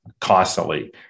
constantly